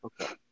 Okay